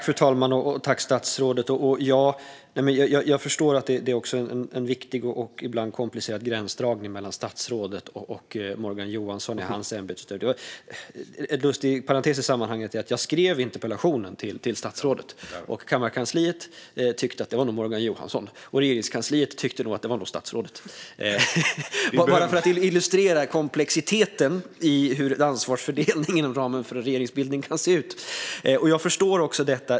Fru talman! Jag förstår att det är en viktig och ibland komplicerad gränsdragning mellan statsrådet Dambergs och Morgan Johanssons ämbetsutövning. En lustig parentes i sammanhanget är att jag skrev interpellationen till statsrådet Damberg, men att kammarkansliet tyckte att det nog var Morgan Johansson den skulle ställas till. Regeringskansliet tyckte däremot att det var till statsrådet Damberg. Jag säger det bara för att illustrera komplexiteten i hur ansvarsfördelningen inom ramen för en regeringsbildning kan se ut. Jag förstår detta.